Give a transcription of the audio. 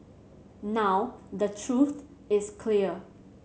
now the truth is clear